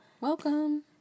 Welcome